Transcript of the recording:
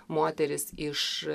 moteris iš